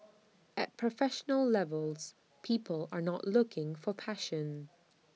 at professional levels people are not looking for passion